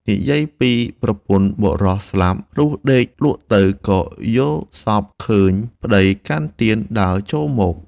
និយាយពីប្រពន្ធបុរសស្លាប់ លុះដេកលក់ទៅ ក៏យល់សប្តិឃើញប្តីកាន់ទៀនដើរចូលមក ។